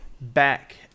back